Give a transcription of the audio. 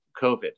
COVID